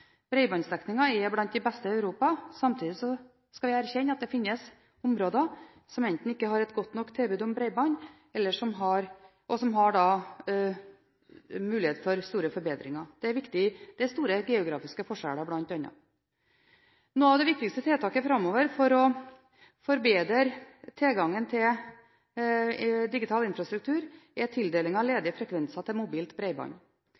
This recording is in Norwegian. er blant de beste i Europa. Samtidig skal vi erkjenne at det finnes områder som enten ikke har et godt nok tilbud om bredbånd eller der det er mulighet for store forbedringer. Det er bl.a. store geografiske forskjeller. Et av de viktigste tiltakene framover for å forbedre tilgangen til digital infrastruktur er tildeling av